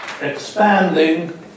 expanding